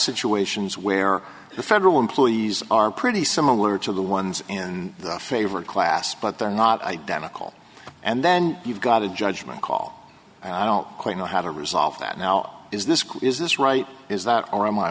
situations where the federal employees are pretty similar to the ones in favor of class but they're not identical and then you've got a judgment call i don't quite know how to resolve that now is this is this right is that